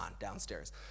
downstairs